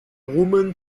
woman